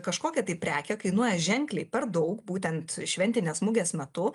kažkokia tai prekė kainuoja ženkliai per daug būtent šventinės mugės metu